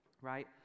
right